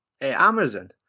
Amazon